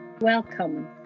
Welcome